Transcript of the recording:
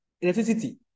electricity